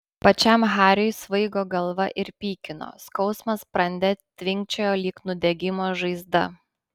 pačiam hariui svaigo galva ir pykino skausmas sprande tvinkčiojo lyg nudegimo žaizda